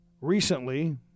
Recently